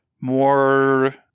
more